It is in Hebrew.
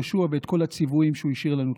יהושע ואת כל הציוויים שהוא השאיר לנו.